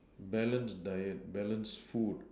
balanced diet balanced food